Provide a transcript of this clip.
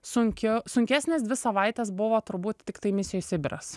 sunkiu sunkesnės dvi savaitės buvo turbūt tiktai misijoj sibiras